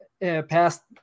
past